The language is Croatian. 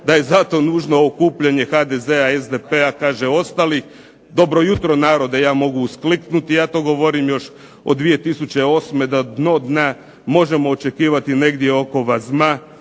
da je zato nužno okupljanje HDZ-a, SDP-a, kaže ostali. Dobro jutro narode ja mogu uskliknuti. Ja to govorim još od 2008. da dno dna možemo očekivati negdje oko Vazma,